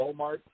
Walmart